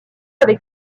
avec